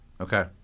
Okay